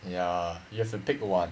ya you have to take one